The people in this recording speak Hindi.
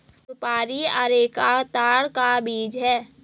सुपारी अरेका ताड़ का बीज है